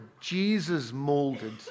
Jesus-molded